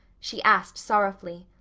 she asked sorrowfully.